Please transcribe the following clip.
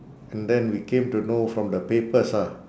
and then we came to know from the papers ah